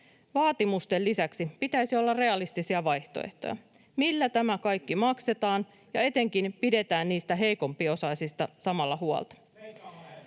Vaatimusten lisäksi pitäisi olla realistisia vaihtoehtoja. Millä tämä kaikki maksetaan ja etenkin pidetään niistä heikompiosaisista samalla huolta?